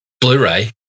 Blu-ray